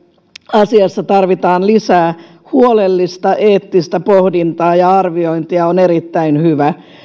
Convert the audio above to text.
asiassa tarvitaan lisää huolellista eettistä pohdintaa ja arviointia on erittäin hyvä